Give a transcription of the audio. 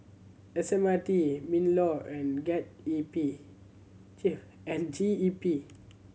S M R T MinLaw and get E P GEP and G E P